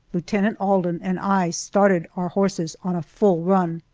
lieutenant alden and i started our horses on a full run.